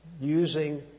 using